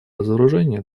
разоружения